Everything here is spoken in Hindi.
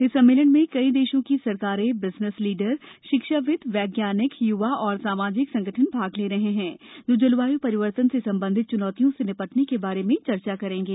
इस सम्मेलन में कई देशों की सरकारें बिजनेस लीडर शिक्षाविद वैज्ञानिक य्वा और सामाजिक संगठन भाग ले रहे हैं जो जलवाय् परिवर्तन से संबंधित च्नौतियों से निपटने के बारे में चर्चा करेंगे